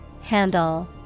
Handle